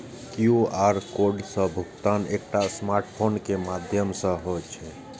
QR code सं भुगतान एकटा स्मार्टफोन के माध्यम सं होइ छै